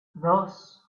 dos